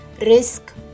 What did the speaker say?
risk